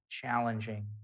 challenging